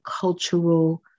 cultural